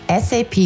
SAP